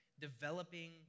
developing